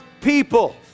people